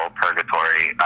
purgatory